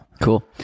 cool